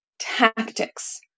tactics